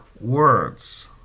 words